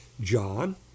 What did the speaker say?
John